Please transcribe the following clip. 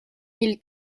mille